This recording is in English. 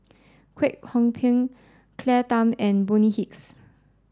Kwek Hong Png Claire Tham and Bonny Hicks